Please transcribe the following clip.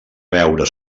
veure